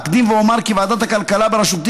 אקדים ואומר כי ועדת הכלכלה בראשותי